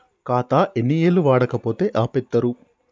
ఖాతా ఎన్ని ఏళ్లు వాడకపోతే ఆపేత్తరు?